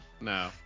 No